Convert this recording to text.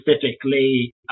specifically